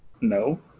No